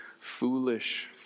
foolish